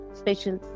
special